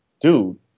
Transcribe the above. dude